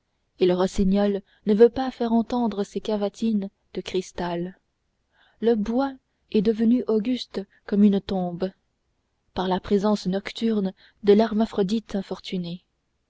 et le rossignol ne veut pas faire entendre ses cavatines de cristal le bois est devenu auguste comme une tombe par la présence nocturne de l'hermaphrodite infortuné